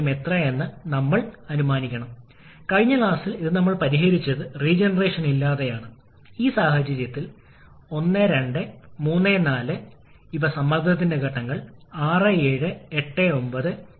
അവിടെ നിന്ന് നമ്മൾ നേടാൻ പോകുന്നു എച്ച്പി ടർബൈനിന്റെ ഐസന്റ്രോപിക് കാര്യക്ഷമത ഇപ്പോൾ നമുക്കറിയാം അത് ഉപയോഗിച്ച് നമുക്ക് ടി 4 കളും കണക്കാക്കാം പക്ഷേ അത് ഇപ്പോൾ ആവശ്യമില്ല